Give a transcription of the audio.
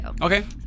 Okay